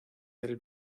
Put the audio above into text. del